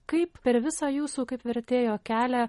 kaip per visą jūsų kaip vertėjo kelią